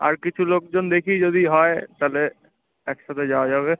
আর কিছু লোকজন দেখি যদি হয় তাহলে একসাথে যাওয়া যাবে